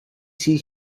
see